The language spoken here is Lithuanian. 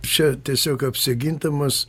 čia tiesiog apsigindamas